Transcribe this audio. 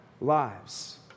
lives